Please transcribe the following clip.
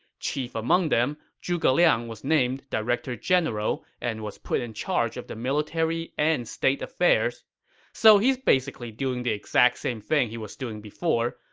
chief among them, zhuge liang was named director general and put in charge of the military and state affairs so he's basically doing the exact same thing he was doing before,